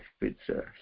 pizza